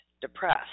depressed